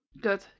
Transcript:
Good